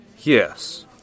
Yes